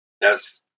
Yes